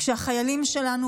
כשהחיילים שלנו,